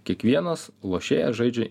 kiekvienas lošėjas žaidžia